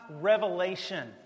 revelation